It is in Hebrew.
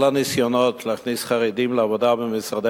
כל הניסיונות להכניס חרדים לעבודה במשרדי